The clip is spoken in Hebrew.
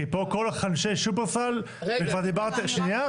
כי פה כל אנשי שופרסל וכבר דיברתם.